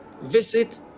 visit